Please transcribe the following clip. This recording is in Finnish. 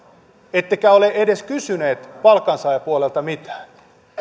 ettekä ole edes kysyneet palkansaajapuolelta mitään